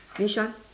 which one